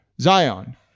Zion